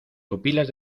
pupilas